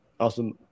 Awesome